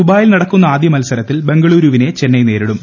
ദുബായിൽ നടക്കുന്ന ആദ്യ മത്സരത്തിൽ ബാംഗ്ളൂരുവിനെ ചെന്നൈ നേരിടും